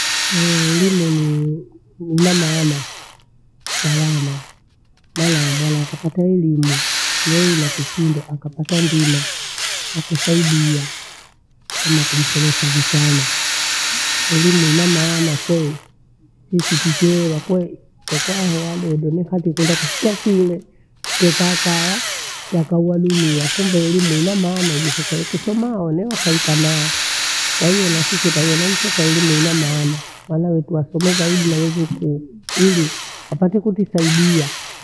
Eelimu ni ina maana salana. Maana mwana akapate elimu yainikushinda akapata ndima akusaidia kama kumpeleka vitana. Elimu ina maana kweli, thithi tikeherwa kweli. Tekwaha hao wadodo ni haki kwenda kutika shule. Tekaa kaya takaumia, kumbe elimu ina maana hivi sasa wekesoma waneofanika naa. Kwahiyo na sisi tawa naiteka elimu ina maana. Wana wetu wasome zaidi na waweze ku- kithi, wapate kutusaidia